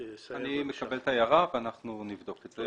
אני מקבל את ההערה ואנחנו נבדוק את זה.